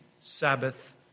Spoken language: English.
Sabbath